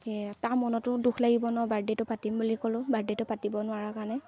সেয়ে তাৰ মনতো দুখ লাগিব ন' বাৰ্থডেটো পাতিম বুলি ক'লোঁ বাৰ্থডে'টো পাতিব নোৱাৰাৰ কাৰণে